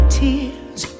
tears